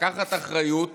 לקחת אחריות